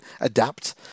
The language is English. adapt